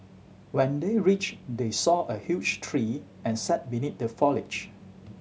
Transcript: when they reached they saw a huge tree and sat beneath the foliage